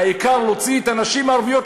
העיקר להוציא את הנשים הערביות,